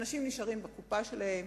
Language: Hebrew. אנשים נשארים בקופה שלהם,